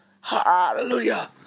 hallelujah